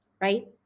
right